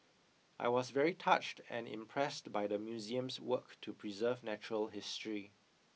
I was very touched and impressed by the museum's work to preserve natural history